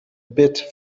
bit